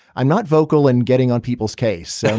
i'm not vocal in getting on people's case. and